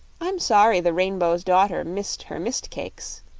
i'm sorry the rainbow's daughter missed her mist-cakes,